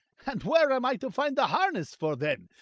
and where am i to find the harness for them?